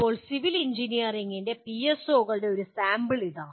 ഇപ്പോൾ സിവിൽ എഞ്ചിനീയറിംഗിന്റെ പിഎസ്ഒകളുടെ ഒരു സാമ്പിൾ ഇതാ